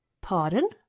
Pardon